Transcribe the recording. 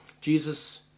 Jesus